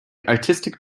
artistic